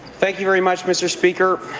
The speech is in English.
thank you very much, mr. speaker,